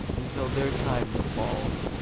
until their time befalls